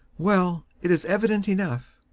well, it is evident enough.